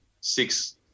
six